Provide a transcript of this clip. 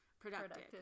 Productive